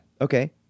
Okay